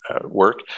work